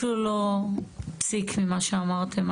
אפילו לא פסיק ממה שאמרתם.